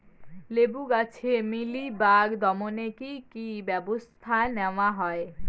লেবু গাছে মিলিবাগ দমনে কী কী ব্যবস্থা নেওয়া হয়?